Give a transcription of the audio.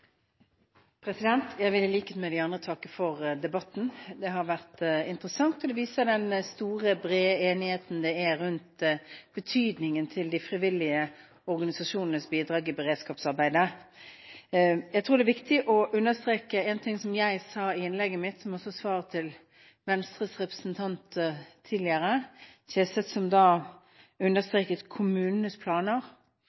Jeg vil i likhet med de andre takke for debatten. Det har vært interessant, og det viser den store, brede enigheten det er om betydningen av de frivillige organisasjonenes bidrag i beredskapsarbeidet. Jeg tror det er viktig å understreke en ting som jeg sa i innlegget mitt, også som svar til Venstres representant Kjenseth som tidligere her understreket kommunenes planer. Det er kommunene som